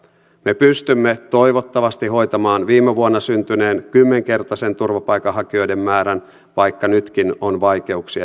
me pystymme toivottavasti hoitamaan viime vuonna syntyneen kymmenkertaisen turvapaikanhakijoiden määrän vaikka nytkin on vaikeuksia esimerkiksi kuntapaikoissa